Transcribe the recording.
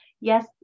yes